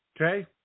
Okay